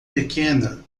pequena